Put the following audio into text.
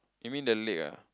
you mean the leg ah